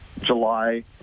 July